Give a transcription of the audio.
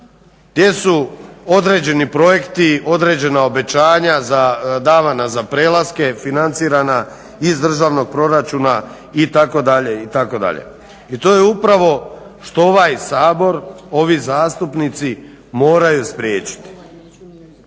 gdje su određeni projekti, određena obećanja davana za prelaske financirana iz državnog proračuna itd., itd. I to je upravo što ovaj Sabor, ovi zastupnici moraju spriječiti.